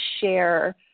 share